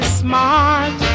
smart